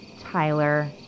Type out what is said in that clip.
Tyler